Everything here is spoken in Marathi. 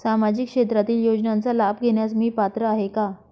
सामाजिक क्षेत्रातील योजनांचा लाभ घेण्यास मी पात्र आहे का?